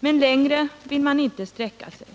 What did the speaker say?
men längre vill man inte sträcka sig.